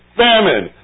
famine